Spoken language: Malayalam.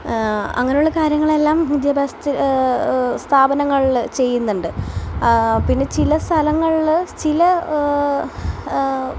അങ്ങനെയുള്ള കാര്യങ്ങളെല്ലാം വിദ്യാഭ്യാസത്തിൽ സ്ഥാപനങ്ങളിൽ ചെയ്യുന്നുണ്ട് പിന്നെ ചില സ്ഥലങ്ങളിൽ ചില